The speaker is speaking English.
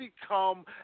become